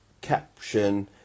caption